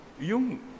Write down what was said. Yung